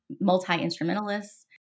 multi-instrumentalists